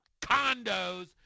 condos